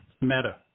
Meta